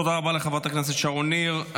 תודה לחברת הכנסת שרון ניר.